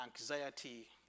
anxiety